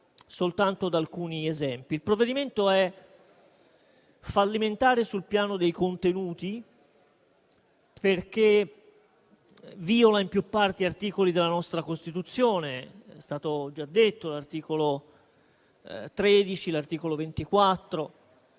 soltanto ad alcuni esempi. Il provvedimento è fallimentare sul piano dei contenuti perché viola in più parti articoli della nostra Costituzione, tra i quali - come è stato già